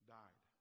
died